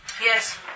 Yes